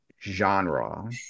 genre